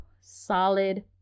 solid